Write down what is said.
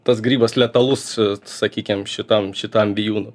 tas grybas letalus sakykim šitam šitam vijūnui